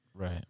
Right